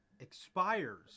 Expires